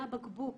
מהבקבוק,